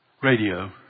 radio